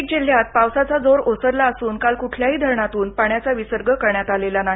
नाशिक जिल्ह्यात पावसाचा जोर ओसरला असून काल कुठल्याही धरणातून पाण्याचा विसर्ग करण्यात आलेला नाही